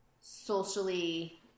socially